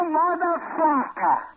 motherfucker